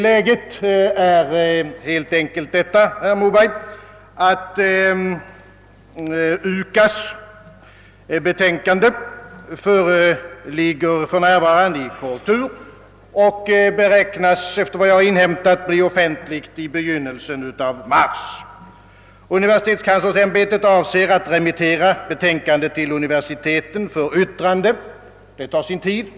Läget är helt enkelt det, herr Moberg, att universitetskanslersämbetets betänkande för närvarande föreligger i korrektur och — enligt vad jag inhämtat — beräknas bli offentligt i början av mars. Universitetskanslersämbetet avser att remittera betänkandet till universiteten för yttrande. Det tar sin tid.